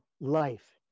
life